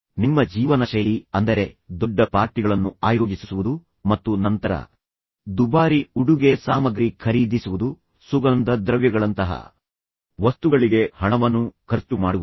ಆದ್ದರಿಂದ ನಿಮ್ಮ ಜೀವನಶೈಲಿ ಅಂದರೆ ದೊಡ್ಡ ಪಾರ್ಟಿಗಳನ್ನು ಆಯೋಜಿಸುಸುವುದು ದುಬಾರಿ ಉಡುಗೊರೆಗಳನ್ನು ನೀಡುವುದು ಮತ್ತು ನಂತರ ದುಬಾರಿ ಉಡುಗೆ ಸಾಮಗ್ರಿ ಖರೀದಿವುದು ಸುಗಂಧ ದ್ರವ್ಯಗಳಂತಹ ವಸ್ತುಗಳಿಗೆ ಹಣವನ್ನು ಖರ್ಚು ಮಾಡುವುದು